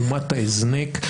אומת ההזנק,